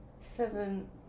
Seven